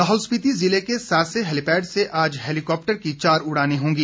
उडान लाहौल स्पिति ज़िले के सासे हैलीपैड से आज हैलीकॉप्टर की चार उड़ानें होंगी